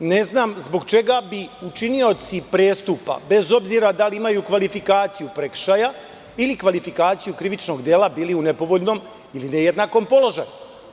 Sa druge strane, ne znam zbog čega bi učinioci prestupa, bez obzira da li imaju kvalifikaciju prekršaja ili kvalifikaciju krivično dela, bili u nepovoljnom ili nejednakom položaju.